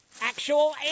actual